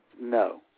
No